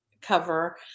cover